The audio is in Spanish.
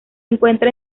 encuentra